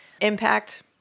Impact